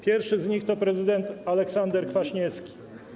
Pierwszy z nich to prezydent Aleksander Kwaśniewski.